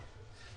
תעשה.